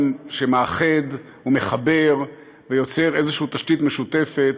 שמאחד ומחבר ויוצר איזושהי תשתית משותפת,